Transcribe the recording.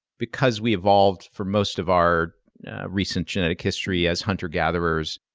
because we evolved for most of our recent genetic history as hunter-gatherers,